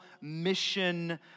mission